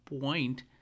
point